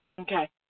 Okay